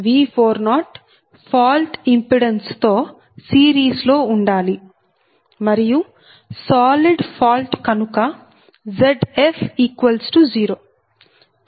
V40 fault impedance తో series లో ఉండాలి మరియు సాలిడ్ ఫాల్ట్ కనుక Zf0